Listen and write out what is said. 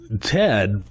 Ted